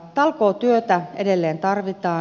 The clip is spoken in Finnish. talkootyötä edelleen tarvitaan